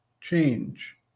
change